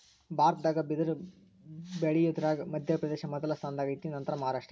ಭಾರತದಾಗ ಬಿದರ ಬಳಿಯುದರಾಗ ಮಧ್ಯಪ್ರದೇಶ ಮೊದಲ ಸ್ಥಾನದಾಗ ಐತಿ ನಂತರಾ ಮಹಾರಾಷ್ಟ್ರ